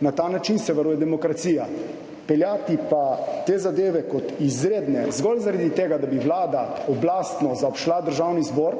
Na ta način se varuje demokracija. Peljati pa te zadeve kot izredne zgolj zaradi tega, da bi vlada oblastno zaobšla Državni zbor,